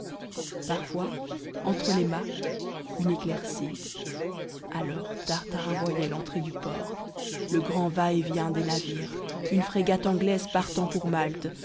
parfois entre les mâts une éclaircie alors tartarin voyait l'entrée du port le grand va-et-vient des navires une frégate anglaise partant pour malte